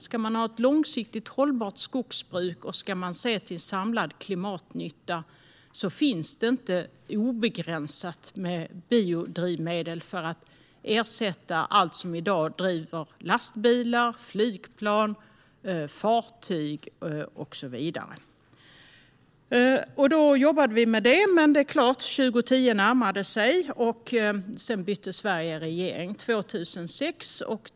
Ska man ha ett långsiktigt hållbart skogsbruk och ska man se till samlad klimatnytta finns det inte obegränsat med biodrivmedel för att ersätta allt som i dag driver lastbilar, flygplan, fartyg och så vidare. Vi jobbade med detta. År 2010 närmade sig. Sverige bytte regering 2006.